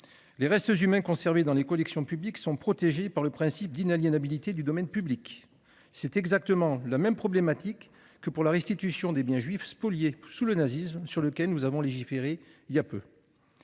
les restes humains conservés dans les collections publiques sont protégés par le principe d'inaliénabilité du domaine public. C'est exactement la même problématique que celle de la restitution des biens juifs spoliés sous le nazisme, sujet sur lequel nous avons légiféré voilà peu